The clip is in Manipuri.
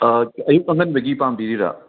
ꯑꯥ ꯑꯌꯨꯛ ꯑꯉꯟꯕꯒꯤ ꯄꯥꯝꯕꯤꯔꯤꯔ